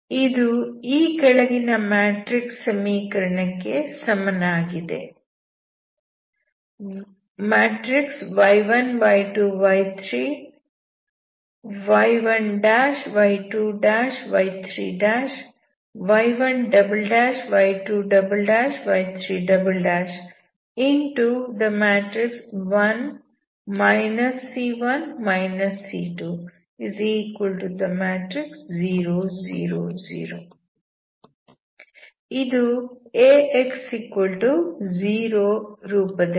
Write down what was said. ಇದು ಈ ಕೆಳಗಿನ ಮ್ಯಾಟ್ರಿಕ್ಸ್ ಸಮೀಕರಣಕ್ಕೆ ಸಮನಾಗಿದೆ ಇದು AX0 ರೂಪದಲ್ಲಿದೆ